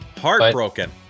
heartbroken